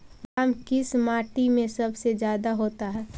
बादाम किस माटी में सबसे ज्यादा होता है?